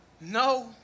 No